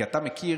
כי אתה מכיר,